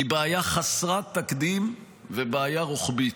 היא בעיה חסרת תקדים ובעיה רוחבית,